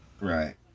right